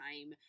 time